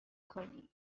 کنی